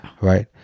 right